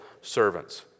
servants